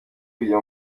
kujya